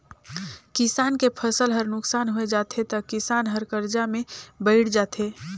किसान के फसल हर नुकसान होय जाथे त किसान हर करजा में बइड़ जाथे